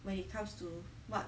when it comes to what